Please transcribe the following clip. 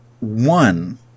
one